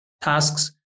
tasks